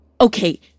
Okay